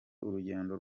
urugendo